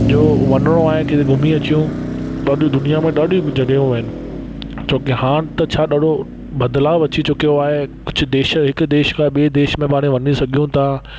जो वञिणो आहे किथे घुमी अचूं ॾाढियूं दुनिया में ॾाढियूं जॻहियूं आहिनि छो की हाणे त छा ॾाढो बदिलाव अची चुकियो आहे कुझु देश हिक देश खां ॿिए देश में बि हाणे वञी सघूं था